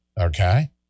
okay